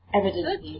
evidently